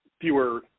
fewer